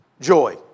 joy